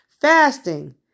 fasting